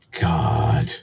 God